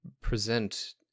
present